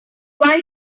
why